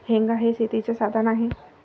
हेंगा हे शेतीचे साधन आहे